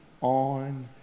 on